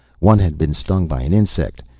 one had been stung by an insect,